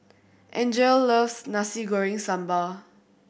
Angele loves Nasi Goreng Sambal